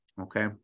Okay